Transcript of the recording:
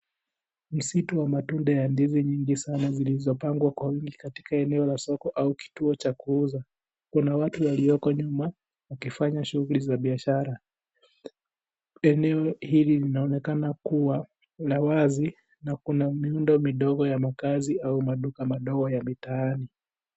Msitu wa matunda ya ndizi nyingi sana zilizopangwa kwa wengi katika eneo la soko au kituo cha kuuza. Kuna watu walioko nyuma wakifanya shughuli za biashara. Eneo hili linaonekana kuwa la wazi na kuna miundo midogo ya makazi au maduka madogo ya mitaani.